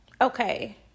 okay